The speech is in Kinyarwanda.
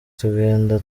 tugenda